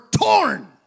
torn